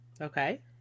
Okay